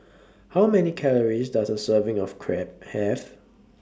How Many Calories Does A Serving of Crepe Have